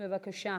בבקשה.